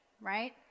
right